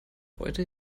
heute